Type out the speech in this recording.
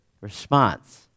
response